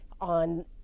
on